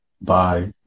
bye